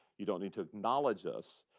you don't need to acknowledge us.